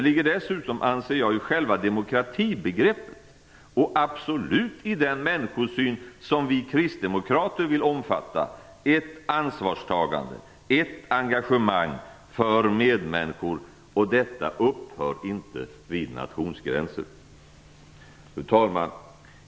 I själva demokratibegreppet, och absolut i den människosyn som vi kristdemokrater vill omfatta, ligger dessutom ett ansvarstagande, ett engagemang för medmänniskor, och detta upphör inte vid nationsgränser. Fru talman!